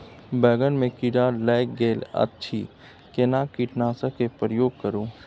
बैंगन में कीरा लाईग गेल अछि केना कीटनासक के प्रयोग करू?